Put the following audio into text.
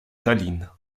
tallinn